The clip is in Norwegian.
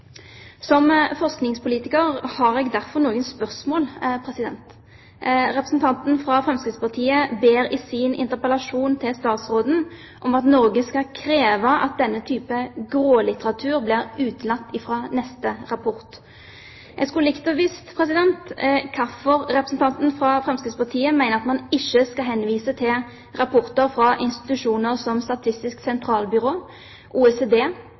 Som forskningspolitiker har jeg derfor noen spørsmål. Representanten fra Fremskrittspartiet ber i sin interpellasjon til statsråden om at Norge skal kreve at denne typen «grålitteratur» blir utelatt fra neste rapport. Jeg skulle likt å vite hvorfor representanten fra Fremskrittspartiet mener at man ikke skal henvise til rapporter fra institusjoner som Statistisk sentralbyrå, OECD,